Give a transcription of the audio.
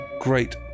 great